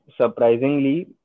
Surprisingly